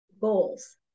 goals